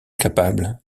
capable